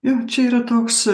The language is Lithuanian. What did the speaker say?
juk čia yra toks